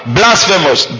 blasphemous